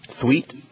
Sweet